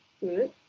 good